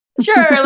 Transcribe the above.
Sure